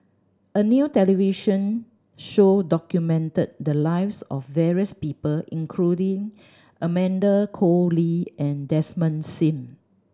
a new television show documented the lives of various people including Amanda Koe Lee and Desmond Sim